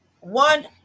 one